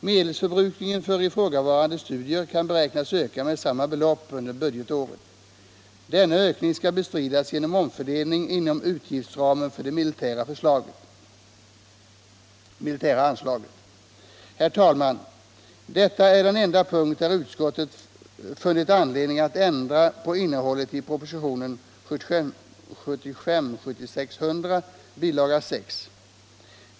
Medelsförbrukningen för ifrågavarande studier kan beräknas öka med samma belopp under budgetåret. Denna ökning skall bestridas genom omfördelning inom utgiftsramen för det militära anslaget. Herr talman! Detta är den enda punkt där utskottet funnit anledning att ändra på innehållet i propositionen 1975/76:100, bilaga 6.